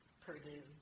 Purdue